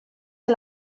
que